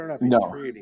No